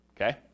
okay